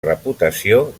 reputació